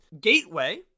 Gateway